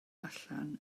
allan